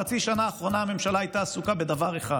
בחצי השנה האחרונה הממשלה הייתה עסוקה בדבר אחד: